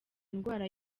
indwara